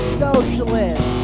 socialist